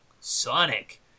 Sonic